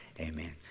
amen